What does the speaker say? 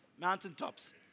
mountaintops